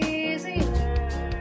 easier